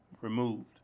removed